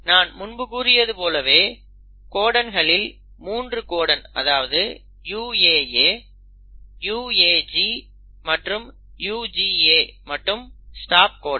நான் முன்பு கூறியது போலவே கோடன்களில் 3 கோடன் அதாவது UAA UAG மற்றும் UGA மட்டும் ஸ்டாப் கோடன்